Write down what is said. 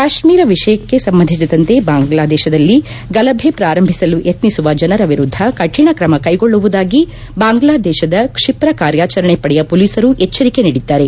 ಕಾಶೀರ ವಿಷಯಕ್ಕೆ ಸಂಬಂಧಿಸಿದಂತೆ ಬಾಂಗ್ಲಾದೇಶದಲ್ಲಿ ಗಲಭೆ ಪಾರಂಭಿಸಲು ಯತ್ತಿಸುವ ಜನರ ವಿರುದ್ಧ ಕಠಿಣ ಕ್ರಮ ಕ್ಲೆಗೊಳ್ಲವುದಾಗಿ ಬಾಂಗ್ಲಾದೇಶದ ಕ್ಷಿಪ್ರ ಕಾರ್ಯಾಚರಣೆ ಪಡೆಯ ಪೊಲೀಸರು ಎಚ್ಗರಿಕೆ ನೀಡಿದ್ದಾರೆ